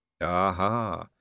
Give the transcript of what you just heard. Aha